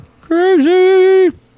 crazy